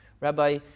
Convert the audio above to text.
Rabbi